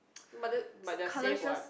but the but they are safe what